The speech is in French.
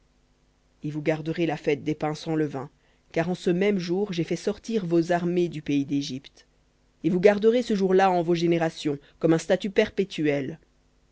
et vous garderez la fête des pains sans levain car en ce même jour j'ai fait sortir vos armées du pays d'égypte et vous garderez ce jour-là en vos générations comme un statut perpétuel